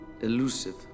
elusive